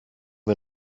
wir